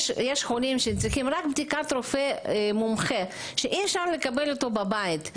יש חולים שצריכים רק בדיקת רופא מומחה שאי-אפשר לקבל בבית,